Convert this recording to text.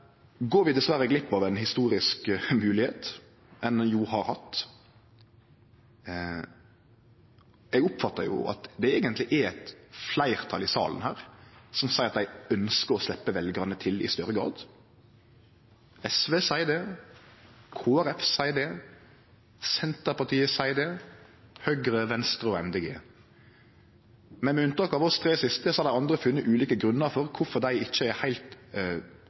går vi dessverre glipp av ei historisk moglegheit ein har hatt. Eg oppfattar at det eigentleg er eit fleirtal i salen her som seier at dei ønskjer å sleppe veljarane til i større grad. SV seier det, Kristeleg Folkeparti seier det, Senterpartiet seier det, Høgre, Venstre og Miljøpartiet Dei Grøne seier det. Men med unntak av dei tre siste har dei andre funne ulike grunnar for at dei ikkje er heilt